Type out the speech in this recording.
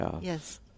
Yes